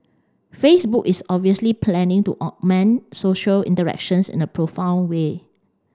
Facebook is obviously planning to augment social interactions in a profound way